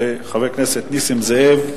וחבר הכנסת נסים זאב,